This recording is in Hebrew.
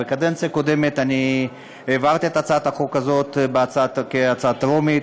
בקדנציה הקודמת העברתי את הצעת החוק הזאת כהצעה טרומית,